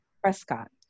Prescott